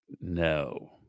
No